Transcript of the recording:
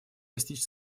достичь